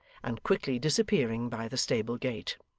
and quickly disappearing by the stable gate.